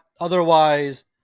otherwise